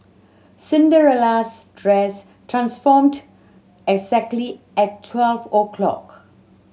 Cinderella's dress transformed exactly at twelve o'clock